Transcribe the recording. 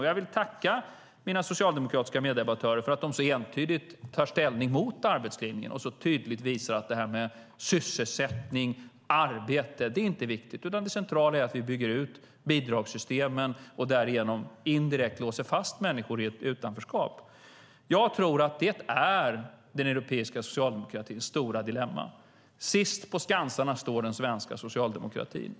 Jag vill tacka mina socialdemokratiska meddebattörer för att de så entydigt tar ställning mot arbetslinjen och så entydigt visar att sysselsättning och arbete inte är viktigt. Det centrala är att vi bygger ut bidragssystemen och därigenom indirekt låser fast människor i ett utanförskap. Det är den europeiska socialdemokratins stora dilemma. Sist på skansarna står den svenska socialdemokratin.